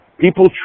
People